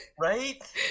Right